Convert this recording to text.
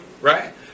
Right